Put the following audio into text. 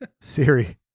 Siri